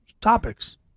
topics